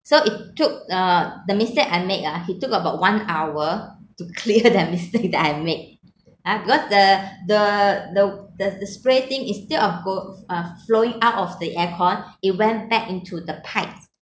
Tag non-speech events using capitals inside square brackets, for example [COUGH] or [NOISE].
so it took uh the mistake I made ah he took about one hour to clear [LAUGHS] that mistake that I made ah because the the the the the spray thing instead of go uh flowing out of the aircon it went back into the pipe